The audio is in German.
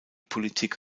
politik